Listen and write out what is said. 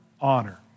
honor